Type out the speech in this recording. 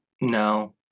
no